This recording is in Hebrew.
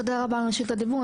תודה רבה על רשות הדיבור.